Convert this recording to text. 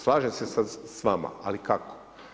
Slažem se s vama, ali kako?